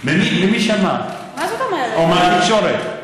ממי שמעת, או מהתקשורת?